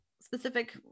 specific